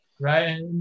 right